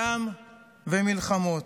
דם ומלחמות.